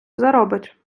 заробить